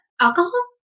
Alcohol